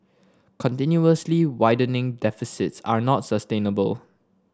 continuously widening deficits are not sustainable